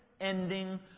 ending